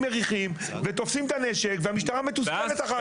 מריחים ותופסים את הנשק והמשטרה מתוסכלת אחר כך.